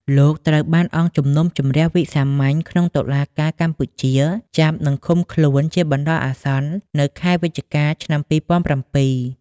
លោក ត្រូវបានអគ្គជំនុំជម្រះវិសាមញ្ញក្នុង តុលាការកម្ពុជាចាប់និងឃុំខ្លួនជាបណ្តោះអាសន្ននៅខែវិច្ឆិកា ឆ្នាំ២០០៧។